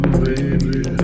baby